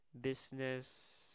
business